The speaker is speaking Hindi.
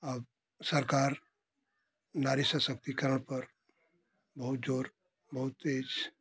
अब सरकार नारी सशक्तिकरण पर बहुत जोर बहुत तेज़